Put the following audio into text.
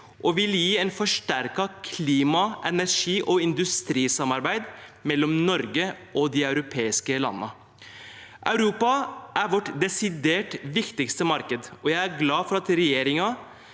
og vil gi et forsterket klima-, energi- og industrisamarbeid mellom Norge og de europeiske landene. Europa er vårt desidert viktigste marked, og jeg er glad for at regjeringen